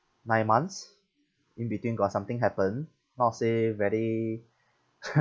nine months in between got something happen not say very